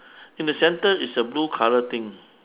in the centre is a blue colour thing